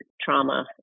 trauma